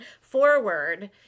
forward